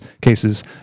cases